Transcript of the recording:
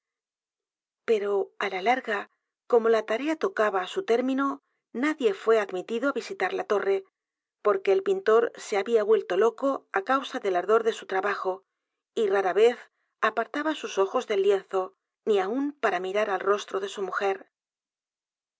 pero á la larga como la tarea tocaba á su t é r m i no nadie fué admitido á visitar la t o r r e porque el pintor se había vuelto loco á causa del ardor de su trabajo y r a r a vez apartaba s u s ojos del lienzo ni aun p a r a mirar al rastro de su mujer